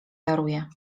daruję